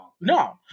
No